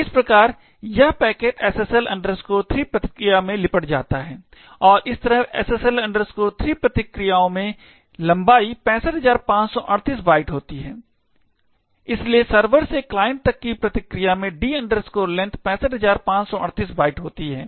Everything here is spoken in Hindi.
इस प्रकार यह पैकेट SSL 3 प्रतिक्रिया में लिपट जाता है और इस तरह SSL 3 प्रतिक्रियाओं में लंबाई 65538 बाइट होती है इसलिए सर्वर से क्लाइंट तक की प्रतिक्रिया में d length 65538 बाइट्स होती है